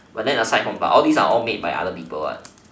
but then when in the fact that these are made by other people what